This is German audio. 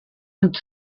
und